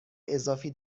اضافی